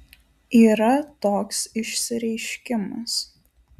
yra toks išsireiškimas